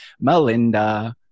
Melinda